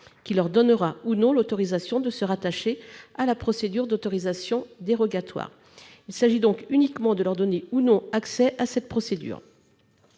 qui leur permettra ou non de se rattacher à la procédure d'autorisation d'exercice dérogatoire. Il s'agit donc uniquement de leur donner ou non accès à cette procédure.